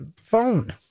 phone